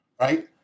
right